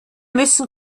müssen